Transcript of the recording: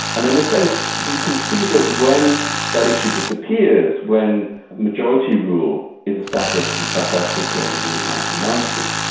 and in a sense you can see that when that issue disappears, when majority rule is established in south africa in the nineteen ninety s,